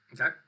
Okay